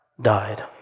died